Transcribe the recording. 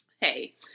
Hey